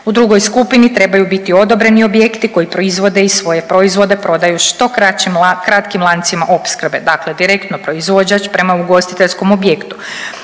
U drugoj skupini trebaju biti odobreni objekti koji proizvode i svoje proizvode prodaju što kraćim lancima opskrbe, dakle direktno proizvođač prema ugostiteljskom objektu.